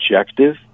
objective